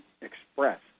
express